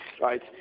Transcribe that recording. Right